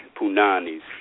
punani's